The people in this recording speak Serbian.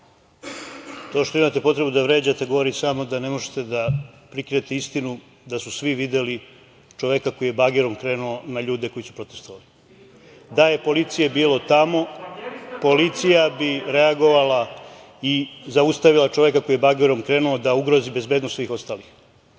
To što imate potrebu da vređate govori samo da ne možete da prikrivate istinu, da su svi videli čoveka koji je bagerom krenuo na ljude koji su protestovali. Da je policije bilo tamo, policija bi reagovala i zaustavila čovek koji je bagerom krenuo da ugrozi bezbednost svih ostalih. Tako